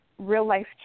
real-life